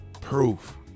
Proof